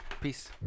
Peace